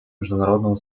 международного